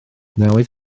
newydd